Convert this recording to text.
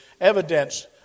evidence